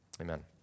Amen